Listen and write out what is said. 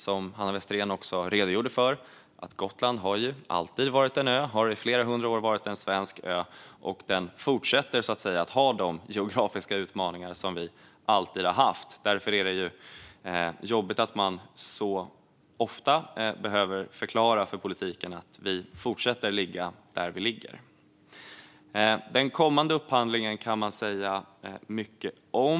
Som Hanna Westerén också redogjorde för har Gotland i flera hundra år varit en svensk ö, och vi fortsätter att ha de geografiska utmaningar som vi alltid har haft. Därför är det jobbigt att man så ofta behöver förklara för politiken att vi fortsätter att ligga där vi ligger. Den kommande upphandlingen kan man säga mycket om.